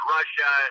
Russia